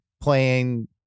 playing